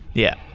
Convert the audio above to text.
yeah.